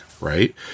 right